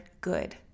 good